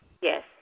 Yes